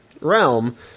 realm